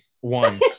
one